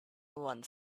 one